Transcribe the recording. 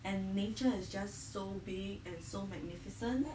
and nature is just so big and so magnificent